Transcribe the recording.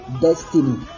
destiny